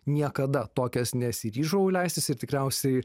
niekada tokias nesiryžau leistis ir tikriausiai